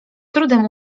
trudem